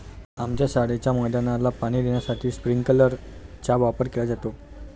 आमच्या शाळेच्या मैदानाला पाणी देण्यासाठी स्प्रिंकलर चा वापर केला जातो